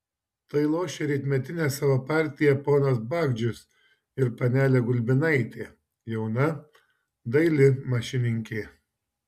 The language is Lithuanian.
tai lošia rytmetinę savo partiją ponas bagdžius ir panelė gulbinaitė jauna daili mašininkė